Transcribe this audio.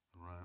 Right